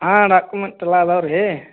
ಹಾಂ ಡಾಕ್ಯುಮೆಂಟಲ್ಲ ಇದಾವೆ ರೀ